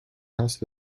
house